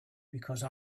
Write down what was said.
because